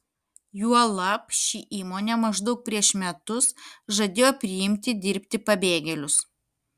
juolab ši įmonė maždaug prieš metus žadėjo priimti dirbti pabėgėlius